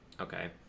okay